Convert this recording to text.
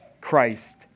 Christ